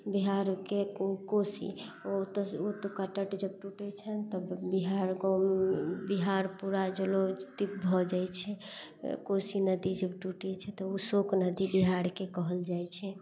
बिहारके कोशी ओ तऽ ओ तऽ कटट जब टूटै छैन तब बिहार गाँव बिहार पूरा जलो दीप भऽ जाइ छै कोशी नदी जब टूटै छै तऽ उ शोक नदी बिहारके कहल जाइ छै